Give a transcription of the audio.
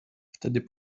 wtedy